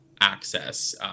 access